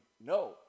no